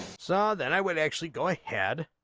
so that i would actually go ahead